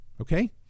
okay